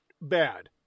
bad